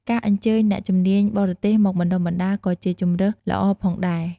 ការអញ្ជើញអ្នកជំនាញបរទេសមកបណ្តុះបណ្តាលក៏ជាជម្រើសល្អផងដែរ។